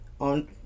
on